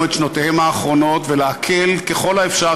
את שנותיהם האחרונות ולהקל ככל האפשר,